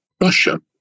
Russia